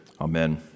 Amen